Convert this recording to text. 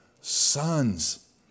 sons